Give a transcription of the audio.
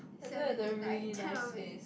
I don't have the really nice face